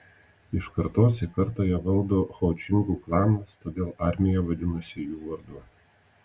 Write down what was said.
iš kartos į kartą ją valdo ho čingų klanas todėl armija vadinasi jų vardu